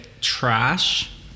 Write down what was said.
trash